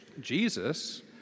Jesus